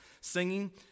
singing